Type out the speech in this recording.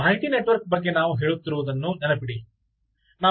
ಮಾಹಿತಿ ನೆಟ್ವರ್ಕ್ ಬಗ್ಗೆ ನಾವು ಹೇಳುತ್ತಿರುವುದನ್ನು ನೆನಪಿಡಿ